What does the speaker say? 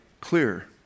clear